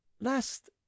Last